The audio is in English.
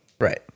Right